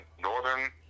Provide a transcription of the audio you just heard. Northern